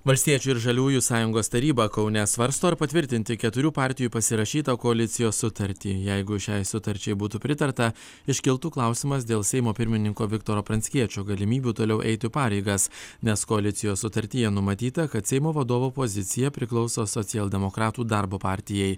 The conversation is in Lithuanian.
valstiečių ir žaliųjų sąjungos taryba kaune svarsto ar patvirtinti keturių partijų pasirašytą koalicijos sutartį jeigu šiai sutarčiai būtų pritarta iškiltų klausimas dėl seimo pirmininko viktoro pranckiečio galimybių toliau eiti pareigas nes koalicijos sutartyje numatyta kad seimo vadovo pozicija priklauso socialdemokratų darbo partijai